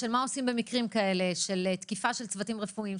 -- של מה עושים במקרים כאלה של תקיפה של צוותים רפואיים,